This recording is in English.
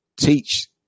teach